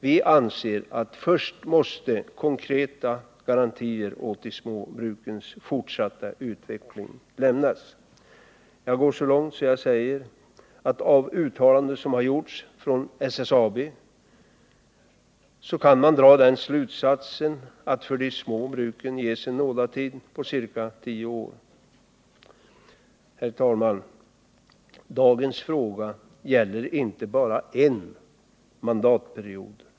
Vi anser att först måste konkreta garantier för de små brukens fortsatta utveckling lämnas. Jag vill gå så långt som att säga att av uttalanden som har gjorts från SSAB kan man dra den slutsatsen att det för de små bruken ges en nådatid på ca tio år. Dagens fråga gäller inte bara en mandatperiod.